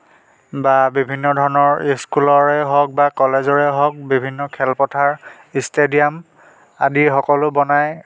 বা বিভিন্ন ধৰণৰ স্কুলৰে হওক বা কলেজৰে হওক বিভিন্ন খেলপথাৰ ষ্টেডিয়াম আদি সকলো বনাই